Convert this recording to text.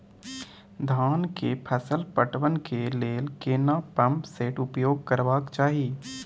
धान के फसल पटवन के लेल केना पंप सेट उपयोग करबाक चाही?